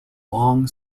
long